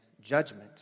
judgment